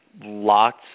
lots